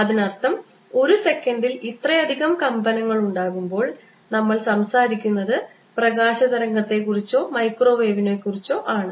അതിനർത്ഥം ഒരു സെക്കൻഡിൽ ഇത്രയധികം കമ്പനങ്ങൾ ഉണ്ടാകുമ്പോൾ നമ്മൾ സംസാരിക്കുന്നത് പ്രകാശ തരംഗങ്ങളെക്കുറിച്ചോ മൈക്രോവേവിനെക്കുറിച്ചോ ആണ്